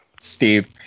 Steve